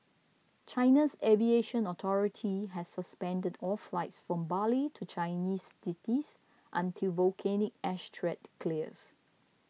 China's aviation authority has suspended all flights from Bali to Chinese cities until volcanic ash threat clears